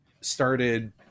started